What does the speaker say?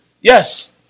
Yes